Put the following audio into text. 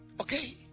Okay